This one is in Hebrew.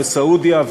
סעודיה,